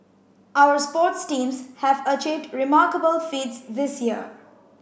our sports teams have achieved remarkable feats this year